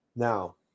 Now